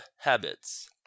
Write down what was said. habits